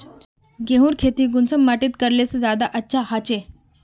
गेहूँर खेती कुंसम माटित करले से ज्यादा अच्छा हाचे?